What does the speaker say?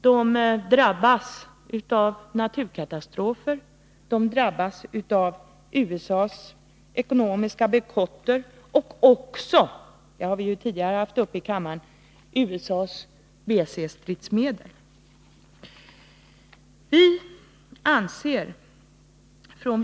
Cuba drabbas av naturkatastrofer och av USA:s ekonomiska bojkotter och även — det har vi ju tidigare haft uppe till diskussion i kammaren — av USA:s BC-stridsmedel.